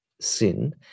sin